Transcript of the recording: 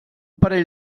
parell